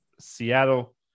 Seattle